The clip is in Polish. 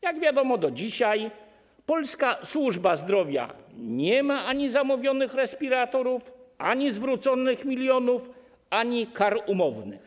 Jak wiadomo, do dzisiaj polska służba zdrowia nie ma ani zamówionych respiratorów, ani zwróconych milionów, ani kar umownych.